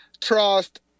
trust